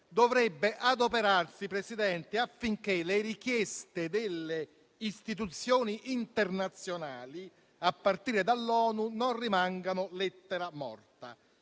dovrebbe adoperarsi, Presidente, affinché le richieste delle istituzioni internazionali, a partire dall'ONU, non rimangano lettera morta.